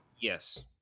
Yes